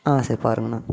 அ சரி பாருங்கண்ணா